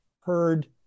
heard